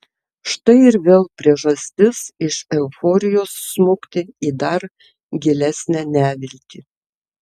štai ir vėl priežastis iš euforijos smukti į dar gilesnę neviltį